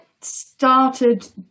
started